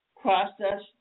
process